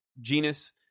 genus